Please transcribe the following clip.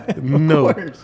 No